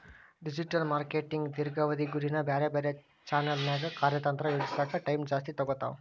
digital marketing ದೇರ್ಘಾವಧಿ ಗುರಿನ ಬ್ಯಾರೆ ಬ್ಯಾರೆ ಚಾನೆಲ್ನ್ಯಾಗ ಕಾರ್ಯತಂತ್ರ ಯೋಜಿಸೋಕ ಟೈಮ್ ಜಾಸ್ತಿ ತೊಗೊತಾವ